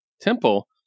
temple